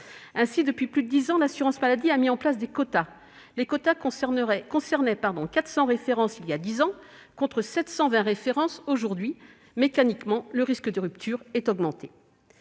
Ainsi, depuis plus de dix ans, l'assurance maladie a mis en place des quotas. Ces quotas concernaient 400 références voilà dix ans, contre 720 références aujourd'hui ; le risque de rupture augmente